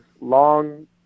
long